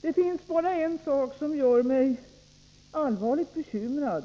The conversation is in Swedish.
Det är bara en sak som gör mig allvarligt bekymrad,